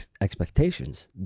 expectations